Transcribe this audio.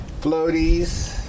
floaties